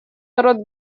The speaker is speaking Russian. народ